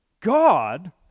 God